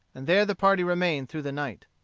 and there the party remained through the night.